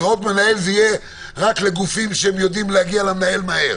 כי בהוראות מנהל זה יהיה רק לגופים שיודעים להגיע למנהל מהר.